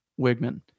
Wigman